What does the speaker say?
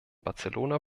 barcelona